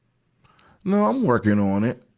no, i'm working on it.